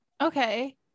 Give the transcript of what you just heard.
Okay